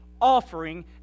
offering